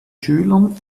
schülern